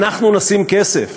אנחנו נשים כסף,